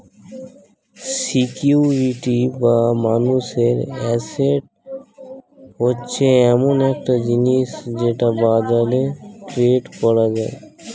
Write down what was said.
security বা মানুষের asset হচ্ছে এমন একটা জিনিস যেটা বাজারে ট্রেড করা যায়